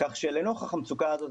כך שלנוכח המצוקה הזאת,